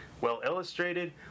well-illustrated